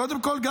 קודם כול,